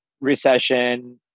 recession